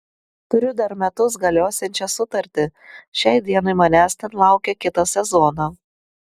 turiu dar metus galiosiančią sutartį šiai dienai manęs ten laukia kitą sezoną